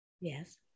Yes